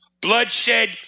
Bloodshed